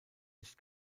nicht